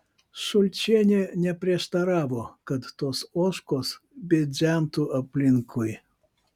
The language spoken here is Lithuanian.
šulčienė neprieštaravo kad tos ožkos bidzentų aplinkui